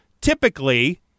typically